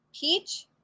peach